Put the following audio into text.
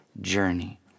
journey